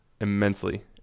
immensely